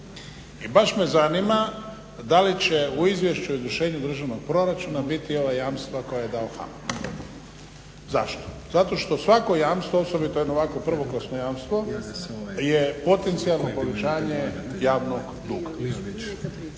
I baš me zanima da li će u Izvješću o izvršenju državnog proračuna biti ova jamstva koja je dao …/Govornik se ne razumije./…. Zašto? Zato što svako jamstvo osobito jedno ovakvo prvoklasno jamstvo je potencijalno povećanje javnog duga.